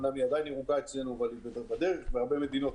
אמנם היא עדיין ירוקה אצלנו אבל הרבה מדינות